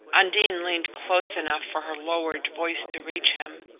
undine leaned close enough for her lowered voice to reach him.